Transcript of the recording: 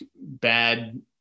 bad